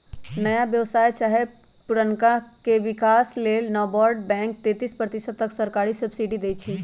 नया व्यवसाय चाहे पुरनका के विकास लेल नाबार्ड बैंक तेतिस प्रतिशत तक सरकारी सब्सिडी देइ छइ